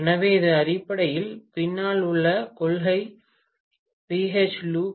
எனவே இது அடிப்படையில் பின்னால் உள்ள கொள்கை பிஹெச் லூப்